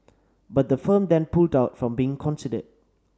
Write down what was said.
but the firm then pulled out from being considered